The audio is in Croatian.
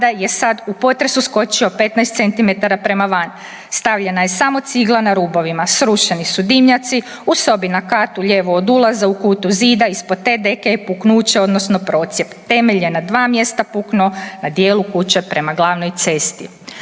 je sad u potresu skočio 15 centimetara prema van, stavljena je samo cigla na rubovima, srušeni su dimnjaci, u sobi na katu lijevo od ulaza u kutu zida ispod te deke je puknuće odnosno procijep. Temelj je na dva mjesta puknuo na dijelu kuće prema glavnoj cesti.